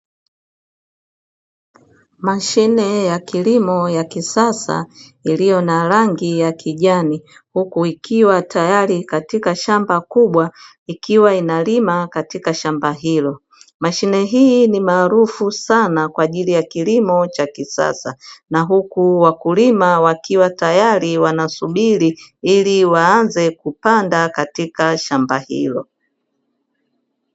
Mashine ya kilimo ya kisasa iliyo na rangi ya kijani, huku ikiwa tayari katika shamba kubwa; ikiwa inalima katika shamba hilo. Mashine hii ni maarufu sana kwa ajili ya kilimo cha kisasa, na huku wakulima wakiwa tayari wanasubiria, ili waanze kupanda katika shamba hilo.